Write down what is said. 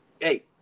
hey